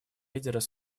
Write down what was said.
лидеров